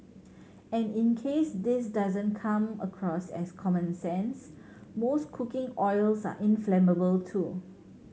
and in case this doesn't come across as common sense most cooking oils are inflammable too